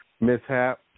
mishap